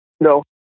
No